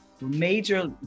major